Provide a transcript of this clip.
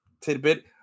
tidbit